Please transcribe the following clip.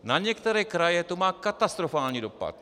Na některé kraje to má katastrofální dopad.